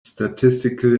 statistical